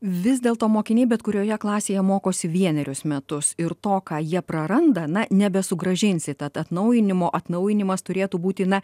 vis dėlto mokiniai bet kurioje klasėje mokosi vienerius metus ir to ką jie praranda na nebesugrąžinsi atnaujinimo atnaujinimas turėtų būti na